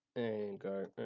and go.